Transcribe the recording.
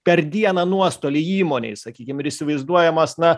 per dieną nuostolį įmonei sakykim ir įsivaizduojamas na